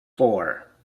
four